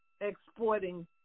exporting